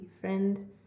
friend